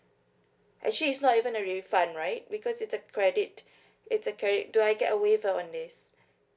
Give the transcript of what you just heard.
actually is not even a refund right because it's a credit it's a credit do I get a waiver on this